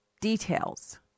details